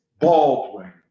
Baldwin